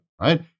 right